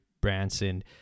Branson